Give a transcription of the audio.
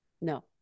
No